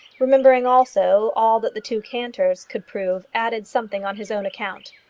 remembering also all that the two cantors could prove, added something on his own account.